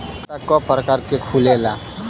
खाता क प्रकार के खुलेला?